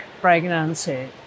pregnancy